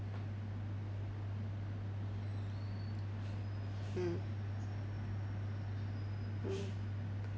mm mm